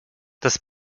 das